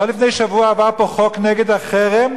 לא לפני שבוע עבר פה חוק נגד החרם?